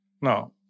No